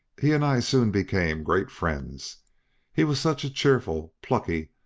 he and i soon became great friends he was such a cheerful, plucky,